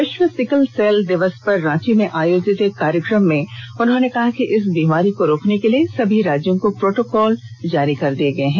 विश्व sickle cell दिवस पर रांची में आयोजित एक कार्यक्रम में उन्होंने कहा कि इस बीमारी को रोकने के लिए सभी राज्यों को प्रोटोकॉल जारी कर दिए गए हैं